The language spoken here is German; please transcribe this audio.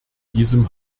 diesem